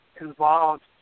involved